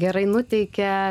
gerai nuteikia